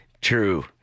True